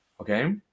okay